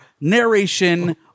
narration